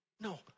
No